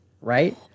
right